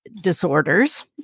disorders